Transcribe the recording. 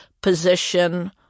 position